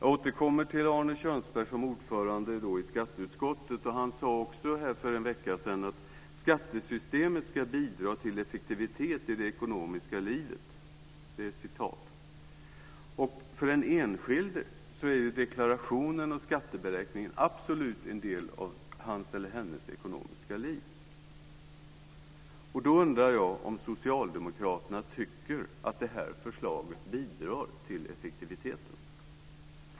Arne Kjörnsberg sade i förra veckans debatt: "Skattesystemet ska ... bidra till effektivitet i det ekonomiska livet." För den enskilde är deklarationen och skatteberäkningen absolut en del av hans eller hennes ekonomiska liv.